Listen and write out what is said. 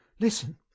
Listen